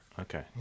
Okay